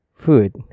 food